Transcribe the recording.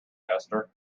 esther